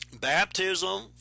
baptism